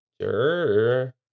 Sure